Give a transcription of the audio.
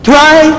Try